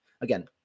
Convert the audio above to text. Again